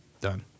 done